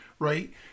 Right